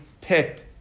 picked